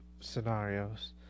scenarios